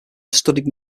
studied